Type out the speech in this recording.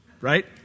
right